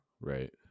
Right